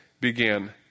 began